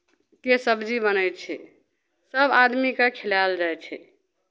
के सब्जी बनै छै सभ आदमीकेँ खिलायल जाइ छै